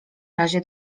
razie